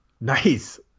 Nice